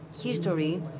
History